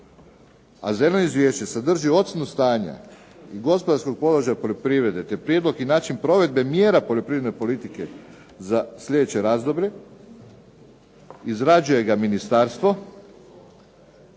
a Zeleno izvješće sadrži ocjenu stanja, i gospodarskog položaja poljoprivrede te prijedlog i način provedbe mjera poljoprivredne politike za sljedeće razdoblje, izrađuje ga Ministarstvo